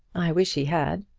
i wish he had.